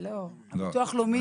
בתפיסת הרווחה,